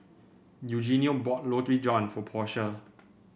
eugenio bought Roti John for Portia